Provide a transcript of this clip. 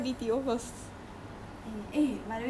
later a lot of people judge me how